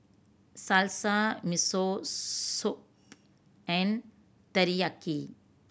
Salsa Miso Soup and Teriyaki